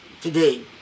today